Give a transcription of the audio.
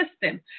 system